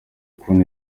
kubona